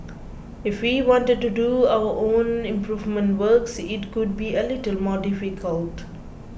if we wanted to do our own improvement works it would be a little more difficult